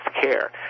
care